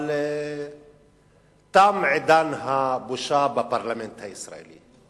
אבל תם עידן הבושה בפרלמנט הישראלי.